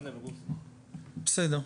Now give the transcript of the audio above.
בסדר.